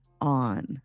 on